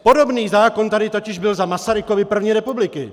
Podobný zákon tady totiž byl za Masarykovy první republiky.